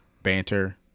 Banter